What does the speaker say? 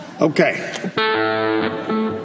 okay